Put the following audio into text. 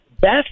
best